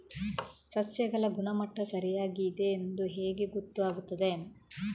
ಸಸ್ಯಗಳ ಗುಣಮಟ್ಟ ಸರಿಯಾಗಿ ಇದೆ ಎಂದು ಹೇಗೆ ಗೊತ್ತು ಆಗುತ್ತದೆ?